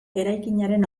eraikinaren